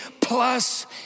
plus